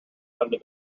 under